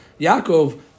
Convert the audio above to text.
Yaakov